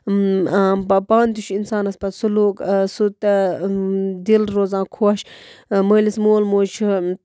پا پانہٕ تہِ چھُ اِنسانَس پَتہٕ سلوٗک سُہ دِل روزان خۄش مٲلِس مول موج چھُ